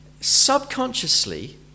subconsciously